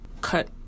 cut